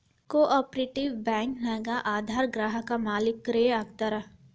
co operative bank ನ್ಯಾಗ ಅದರ್ ಗ್ರಾಹಕ್ರ ಮಾಲೇಕ್ರ ಆಗಿರ್ತಾರ